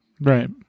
Right